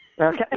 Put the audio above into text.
Okay